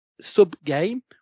sub-game